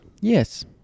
Yes